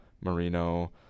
Marino